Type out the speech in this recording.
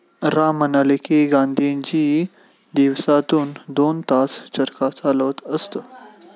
राम म्हणाले की, गांधीजी दिवसातून दोन तास चरखा चालवत असत